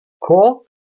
Cool